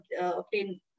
obtain